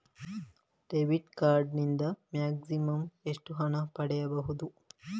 Debit card ನಿಂದ maximum ಎಷ್ಟು ಹಣ ಪಡೆಯಬಹುದು?